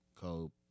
Cope